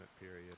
period